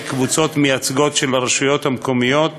קבוצות מייצגות של הרשויות המקומיות